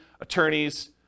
attorneys